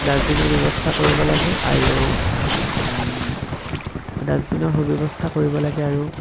ডাষ্টবিনৰ ব্যৱস্থা কৰিব লাগে আৰু ডাষ্টবিনৰ সুব্যৱস্থা কৰিব লাগে আৰু